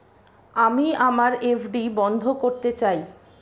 আমি আমার এফ.ডি বন্ধ করতে চাই